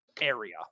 area